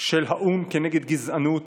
של האו"ם כנגד גזענות,